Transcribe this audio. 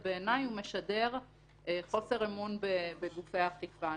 ובעיני הוא משדר חוסר אמון בגופי האכיפה.